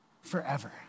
forever